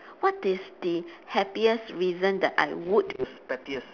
what is the happiest reason that I would